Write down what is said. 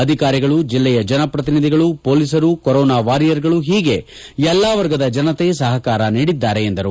ಅಧಿಕಾರಿಗಳು ಜಲ್ಲೆಯ ಜನಪ್ರತಿನಿಧಿಗಳು ಹೊಲೀಸರು ಕೊರೋನಾ ವಾರಿಯರ್ಗಳು ಹೀಗೆ ಎಲ್ಲಾ ವರ್ಗದ ಜನತೆ ಸಹಕಾರ ನೀಡಿದ್ದಾರೆ ಎಂದರು